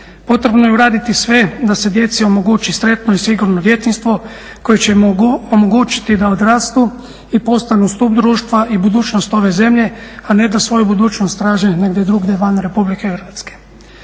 Potrebno je uraditi sve da se djeci omogući sretno i sigurno djetinjstvo koje im omogućiti da odrastu i postanu stup društva i budućnost ove zemlje, a ne da svoju budućnost traže negdje drugdje van Republike Hrvatske.